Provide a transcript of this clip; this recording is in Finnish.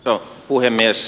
arvoisa puhemies